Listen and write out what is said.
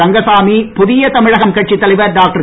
ரங்கசாமி புதிய தமிழகம் கட்சித் தலைவர் டாக்டர்